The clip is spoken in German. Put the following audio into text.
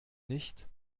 nicht